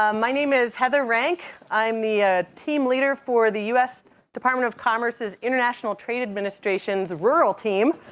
um my name is heather rank. i'm the ah team leader for the us department of commerce's international trade administration's rural team.